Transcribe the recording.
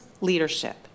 leadership